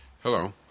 Hello